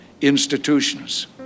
institutions